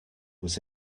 was